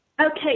Okay